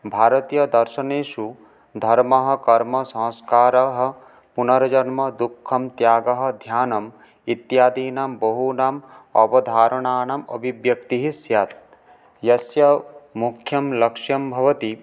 भारतीयदर्शनेषु धर्मः कर्मसंस्कारः पुनर्जन्म दुःखं त्यागः ध्यानम् इत्यादीनां बहूनाम् अवधारणानाम् अभिव्यक्तिः स्यात् यस्य मुख्यं लक्ष्यं भवति